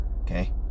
Okay